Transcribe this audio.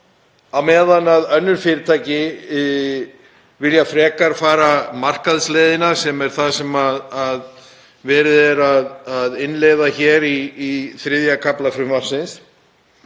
á meðan önnur fyrirtæki vilja frekar fara markaðsleiðina, sem er það sem verið er að innleiða hér í III. kafla frumvarpsins.